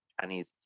Chinese